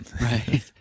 right